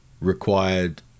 required